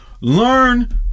Learn